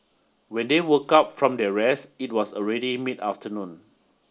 when they woke up from their rest it was already mid afternoon